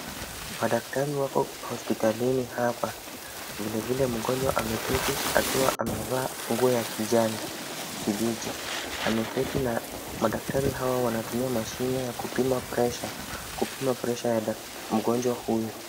Madaktari wako hospitalini hapa. Vilevile mgonjwa ameketi akiwa amevaa nguo ya kijani kibichi. Ameketi na madaktari hawa wanatumia mashine ya kupima pressure kupima pressure ya mgonjwa huyo.